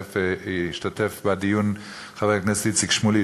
והשתתף בדיון חבר הכנסת איציק שמולי,